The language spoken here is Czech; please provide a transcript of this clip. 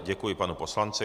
Děkuji, panu poslanci.